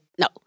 no